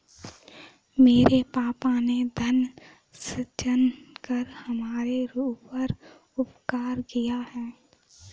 मेरे पापा ने धन सृजन कर हमारे ऊपर उपकार किया है